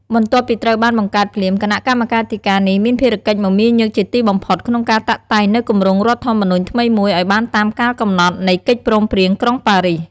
បន្ទាប់ពីត្រូវបានបង្កើតភ្លាម គណៈកម្មាធិការនេះមានភារកិច្ចមមាញឹកជាទីបំផុតក្នុងការតាក់តែងនូវគម្រោងរដ្ឋធម្មនុញ្ញថ្មីមួយឱ្យបានតាមកាលកំណត់ នៃកិច្ចព្រមព្រៀងក្រុងប៉ារីស។